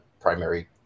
primary